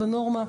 בנורמה,